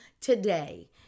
today